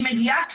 אני מגיעה,